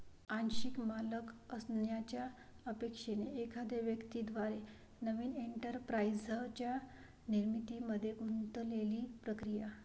आंशिक मालक असण्याच्या अपेक्षेने एखाद्या व्यक्ती द्वारे नवीन एंटरप्राइझच्या निर्मितीमध्ये गुंतलेली प्रक्रिया